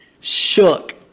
shook